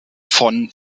von